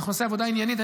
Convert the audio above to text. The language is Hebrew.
אנחנו נעשה עבודה עניינית.